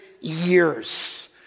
years